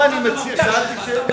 לא, בהחלט, לא, אני מציע, שאלתי שאלה,